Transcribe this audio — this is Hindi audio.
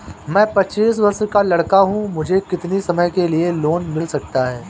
मैं पच्चीस वर्ष का लड़का हूँ मुझे कितनी समय के लिए लोन मिल सकता है?